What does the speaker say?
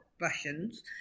Russians